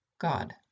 god